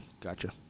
Gotcha